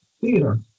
theater